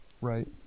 right